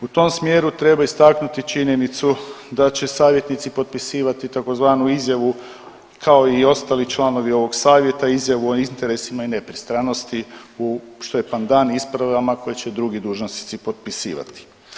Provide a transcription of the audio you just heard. U tom smjeru treba istaknuti činjenicu da će savjetnici potpisivati tzv. izjavu kao i ostali članovi ovog savjeta, izjavu o interesima i nepristranosti, što je pandan ispravama koje će drugi dužnosnici potpisivati.